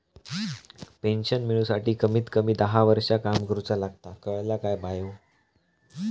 Pension मिळूसाठी कमीत कमी दहा वर्षां काम करुचा लागता, कळला काय बायो?